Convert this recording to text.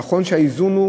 נכון שהאיזון הוא,